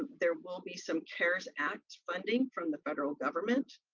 there will be some cares act funding from the federal government.